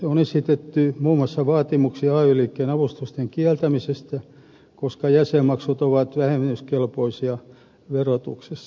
on esitetty muun muassa vaatimuksia ay liikkeen avustusten kieltämisestä koska jäsenmaksut ovat vähennyskelpoisia verotuksessa